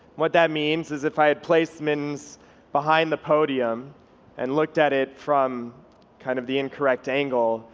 what that means is if i had placed mittens behind the podium and looked at it from kind of the incorrect angle,